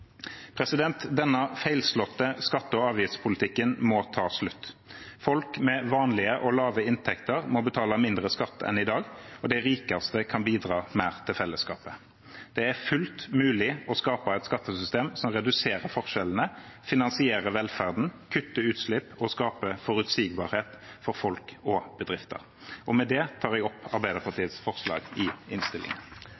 Denne feilslåtte skatte- og avgiftspolitikken må ta slutt. Folk med vanlige og lave inntekter må betale mindre skatt enn i dag, og de rikeste kan bidra mer til fellesskapet. Det er fullt mulig å skape et skattesystem som reduserer forskjellene, finansierer velferden, kutter utslipp og skaper forutsigbarhet for folk og bedrifter. Med det tar jeg opp